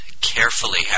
carefully